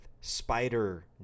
spider